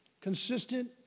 consistent